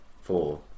four